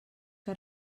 que